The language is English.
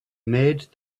made